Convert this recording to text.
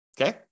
Okay